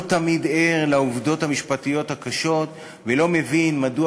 לא תמיד ער לעובדות המשפטיות הקשות ולא מבין מדוע